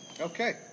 Okay